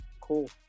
cool